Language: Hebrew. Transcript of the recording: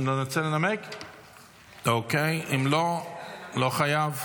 אם לא, לא חייב.